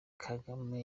kagame